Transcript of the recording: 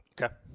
okay